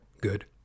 good